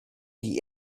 die